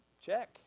check